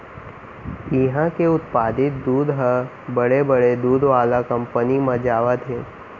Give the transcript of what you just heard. इहां के उत्पादित दूद ह बड़े बड़े दूद वाला कंपनी म जावत हे